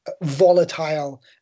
volatile